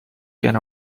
can